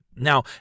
Now